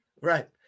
right